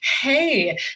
hey